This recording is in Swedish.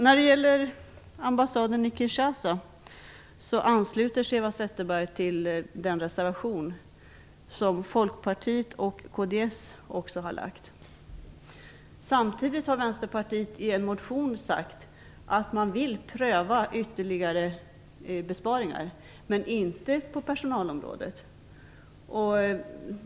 När det gäller ambassaden i Kinshasa ansluter sig Eva Zetterberg till den reservation som Folkpartiet och kds har framfört. Samtidigt har Vänsterpartiet i en motion sagt att man vill pröva ytterligare besparingar men inte på personalområdet.